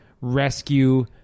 rescue